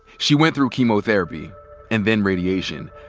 she went through chemotherapy and then radiation.